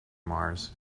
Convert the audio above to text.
mars